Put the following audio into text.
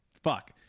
fuck